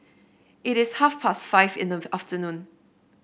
it is half past five in the afternoon